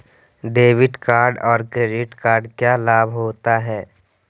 Debit card और credit card क्या लाभ होता है?